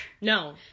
No